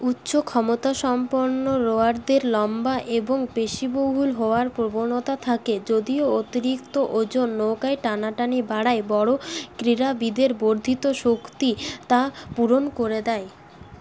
উচ্চ ক্ষমতাসম্পন্ন রোয়ারদের লম্বা এবং পেশীবহুল হওয়ার প্রবণতা থাকে যদিও অতিরিক্ত ওজন নৌকায় টানাটানি বাড়ায় বড় ক্রীড়াবিদের বর্ধিত শক্তি তা পূরণ করে দেয়